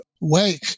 Wake